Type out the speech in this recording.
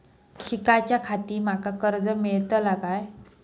शिकाच्याखाती माका कर्ज मेलतळा काय?